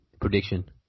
prediction